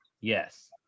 Yes